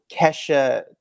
Kesha